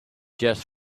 just